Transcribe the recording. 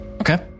Okay